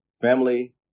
family